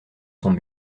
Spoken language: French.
son